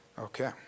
Okay